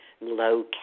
low